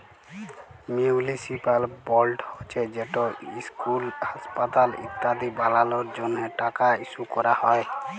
municipal board হছে যেট school, হাঁসপাতাল ইত্যাদি বালালর জ্যনহে টাকা ইস্যু ক্যরা হ্যয়